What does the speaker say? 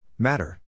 Matter